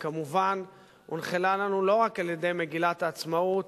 וכמובן הונחלה לנו לא רק על-ידי מגילת העצמאות